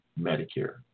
Medicare